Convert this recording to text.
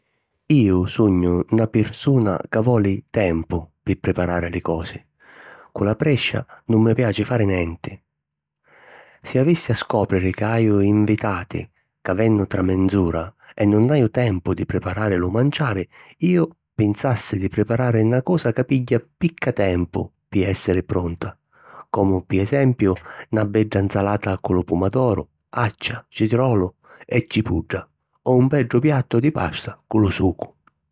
Iu sugnu na pirsuna ca voli tempu pi priparari li cosi, cu la prescia nun mi piaci fari nenti. Si avissi a scopriri ca haju invitati ca vennu tra menz’ura e nun haju tempu di priparari lu manciari, iu pinsassi di priparari na cosa ca pigghia picca tempu pi èssiri pronta, comu pi esempiu na bedda nsalata cu lu pumadoru, accia, citrolu e cipudda o un beddu piattu di pasta cu lu sucu.